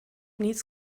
needs